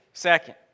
Second